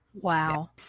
Wow